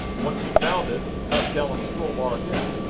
once you've found, it press down on the scroll bar again.